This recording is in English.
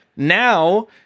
Now